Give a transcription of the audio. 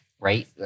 right